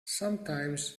sometimes